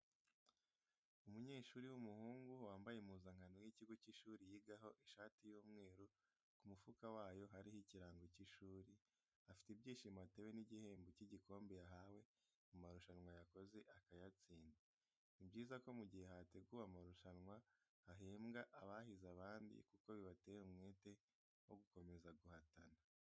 Umunyeshuri w'umuhungu wambaye impuzankano y'ikigo cy'ishuri yigaho ishati y'umweru, ku mufuka wayo hariho ikirango cy'ishuri, afite ibyishimo atewe n'igihembo cy'igikombe yahawe mu marushanwa yakoze akayatsinda. Ni byiza ko mu gihe hateguwe amarusanwa hahembwa abahize abandi kuko bibatera n'umwete wo gukomeza guhatana.